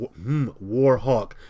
Warhawk